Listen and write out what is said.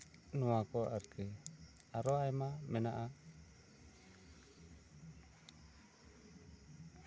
ᱱᱚᱣᱟ ᱠᱚ ᱟᱨᱠᱤ ᱟᱨᱚ ᱟᱭᱢᱟ ᱢᱮᱱᱟᱜᱼᱟ